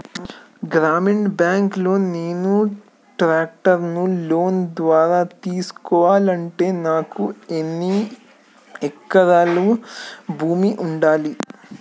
గ్రామీణ బ్యాంక్ లో నేను ట్రాక్టర్ను లోన్ ద్వారా తీసుకోవాలంటే నాకు ఎన్ని ఎకరాల భూమి ఉండాలే?